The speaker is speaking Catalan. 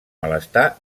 malestar